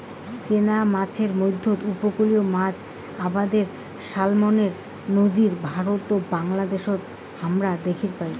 চেনা মাছের মইধ্যে উপকূলীয় মাছ আবাদে স্যালমনের নজির ভারত ও বাংলাদ্যাশে হামরা দ্যাখির পাই